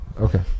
Okay